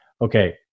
Okay